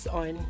on